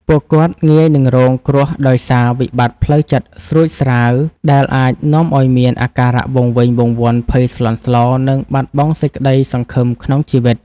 ពួកគាត់ងាយនឹងរងគ្រោះដោយសារ វិបត្តិផ្លូវចិត្តស្រួចស្រាវ ដែលអាចនាំឱ្យមានអាការៈវង្វេងវង្វាន់ ភ័យស្លន់ស្លោ និងបាត់បង់សេចក្តីសង្ឃឹមក្នុងជីវិត។